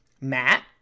Matt